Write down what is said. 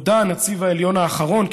הודה הנציב העליון האחרון,